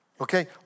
Okay